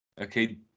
Okay